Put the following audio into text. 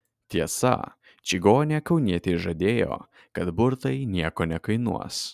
tiesa čigonė kaunietei žadėjo kad burtai nieko nekainuos